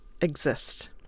exist